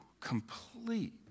complete